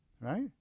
right